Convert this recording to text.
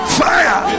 fire